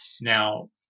Now